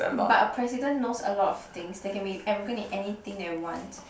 but a president knows a lot of things they can be arrogant in anything they want